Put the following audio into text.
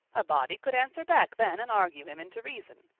a body could answer back then and argue him into reason.